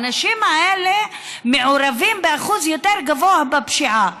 האנשים האלה מעורבים באחוז יותר גבוה בפשיעה.